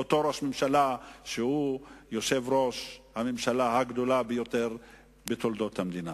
הוא ראש ממשלה שיושב בראש הממשלה הגדולה ביותר בתולדות המדינה.